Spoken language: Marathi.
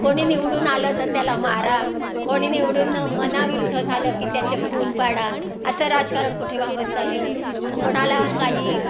कोणी निवडून आलं तर त्याला मारा कोणी निवडून मनाविरुद्ध झालं की त्याचे खून पाडा असं राजकारण कुठे वाहवत चाललेलं आहे कोणाला काही